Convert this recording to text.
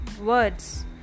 words